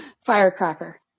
Firecracker